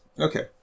Okay